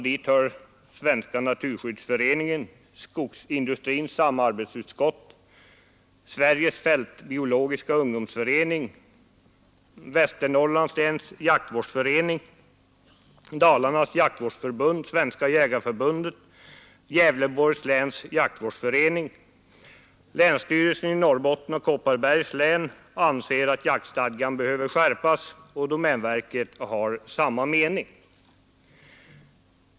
Dit hör Svenska naturskyddsföreningen, Skogsindustrins samarbetsutskott, Sveriges fältbiologiska ungdomsförening, Västernorrlands läns jaktvårdsförening, Dalarnas jaktvårdsförbund, Svenska jägareförbundet och Gävleborgs läns jaktvårdsförening. Länsstyrelsen i Norrbottens län och länsstyrelsen i Kopparbergs län anser att jaktstadgan behöver skärpas, och domänverket har samma mening.